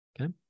Okay